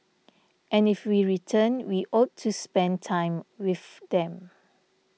and if we return we ought to spend time with them